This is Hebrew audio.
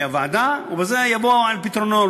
מהוועדה, ובזה זה יבוא על פתרונו.